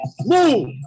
Move